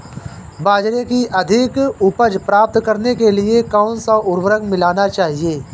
बाजरे की अधिक उपज प्राप्त करने के लिए कौनसा उर्वरक मिलाना चाहिए?